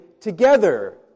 together